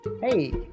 Hey